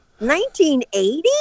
1980